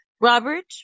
Robert